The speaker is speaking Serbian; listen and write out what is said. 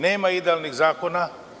Nema idealnih zakona.